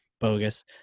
bogus